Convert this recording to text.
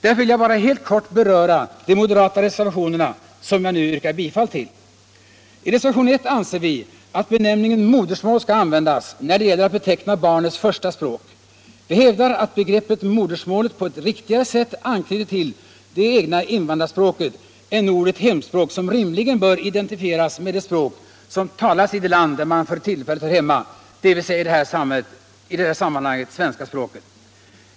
Därför vill jag bara helt kort beröra de moderata reservationerna, som jag nu yrkar bifall till. I reservationen 1 anser vi att benämningen modersmål skall användas när det gäller att beteckna barnets första språk. Vi hävdar att begreppet modersmålet på ett riktigare sätt anknyter till det egna invandrarspråket än ordet hemspråk, som rimligen bör identifieras med det språk som talas i det land där man för tillfället hör hemma, dvs. i det här sammanhanget svenska språket.